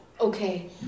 Okay